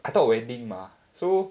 I thought wedding mah so